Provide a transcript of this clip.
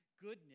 goodness